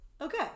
okay